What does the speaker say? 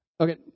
Okay